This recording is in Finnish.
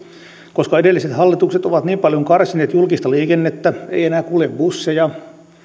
koska edelliset hallitukset ovat niin paljon karsineet julkista liikennettä ei enää kulje busseja ja